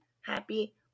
happy